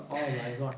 oh my god